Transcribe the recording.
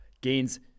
gains